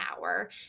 hour